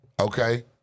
Okay